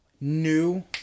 new